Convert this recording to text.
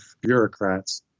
bureaucrats